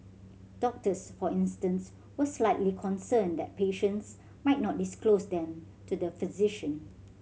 doctors for instance were slightly concerned that patients might not disclose them to the physician